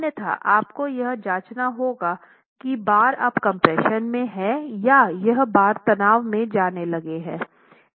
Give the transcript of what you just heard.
अन्यथा आपको यह जाँचना होगा कि बार अब कम्प्रेशन में हैं या यह बार तनाव में जाने लगे हैं